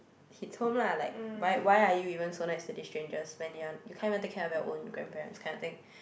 hit home lah like why why are you even so nice to this strangers when you are you can't even take care of your own grandparents kind of thing